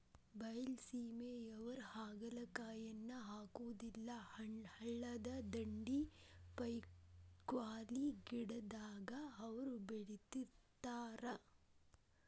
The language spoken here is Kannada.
ಬೈಲಸೇಮಿಯವ್ರು ಹಾಗಲಕಾಯಿಯನ್ನಾ ಹಾಕುದಿಲ್ಲಾ ಹಳ್ಳದ ದಂಡಿ, ಪೇಕ್ಜಾಲಿ ಗಿಡದಾಗ ಅವ ಬೇಳದಿರ್ತಾವ